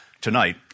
Tonight